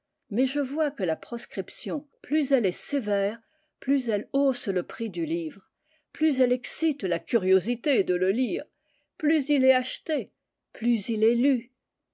mais je vois que la proscription plus elle est sévère plus elle hausse le prix du livre plus elle excite la curiosité de le lire plus il est acheté plus il est lu